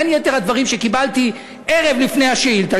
בין יתר הדברים שקיבלתי ערב לפני הצגת השאילתה,